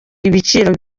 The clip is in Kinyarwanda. ibiciro